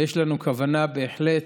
ויש לנו כוונה בהחלט